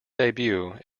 debut